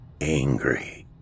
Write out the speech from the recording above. angry